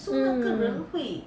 mmhmm